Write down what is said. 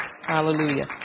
Hallelujah